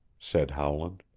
said howland.